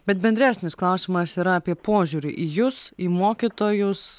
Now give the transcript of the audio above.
bet bendresnis klausimas yra apie požiūrį į jus į mokytojus